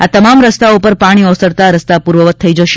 આ તમામ રસ્તાઓ પર પાણી ઓસરતાં રસ્તા પૂર્વવત થઇ જશે